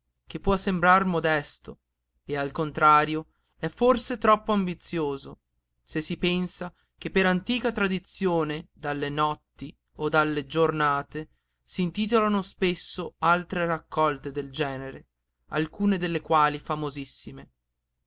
che può sembrar modesto e al contrario è forse troppo ambizioso se si pensa che per antica tradizione dalle notti o dalle giornate s'intitolarono spesso altre raccolte del genere alcune delle quali famosissime